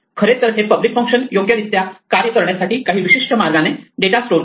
खरे तर हे पब्लिक फंक्शन योग्य रित्या कार्य करण्यासाठी काही विशिष्ट मार्गाने डेटा स्टोअर करते